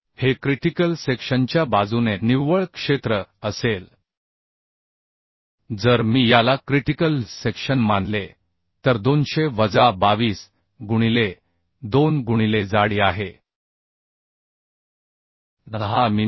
हे क्रिटिकल सेक्शनच्या बाजूने निव्वळ क्षेत्र असेल जर मी याला क्रिटिकल सेक्शन मानले तर 200 वजा 22 गुणिले 2 गुणिले जाडी आहे 10 मिमी